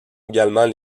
également